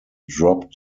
dropped